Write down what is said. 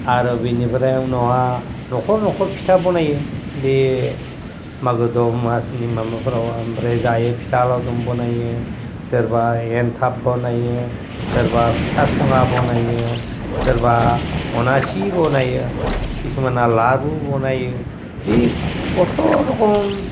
आरो बिनिफ्राय उनावहा न'खर न'खर फिथा बनायो बे मागो दमासिनि माबाफोराव ओमफ्राय जायो फिथा लावदुम बनायो सोरबा एन्थाब बनायो सोरबा फिथा सुङा बनायो सोरबा अनासि बनायो किसुमाना लारु बनायो बे अत' रकम